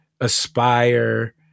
aspire